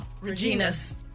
Regina's